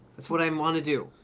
that's what i um want to do.